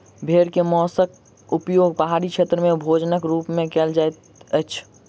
भेड़ के मौंसक उपयोग पहाड़ी क्षेत्र में भोजनक रूप में कयल जाइत अछि